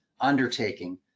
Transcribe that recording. undertaking